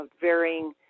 varying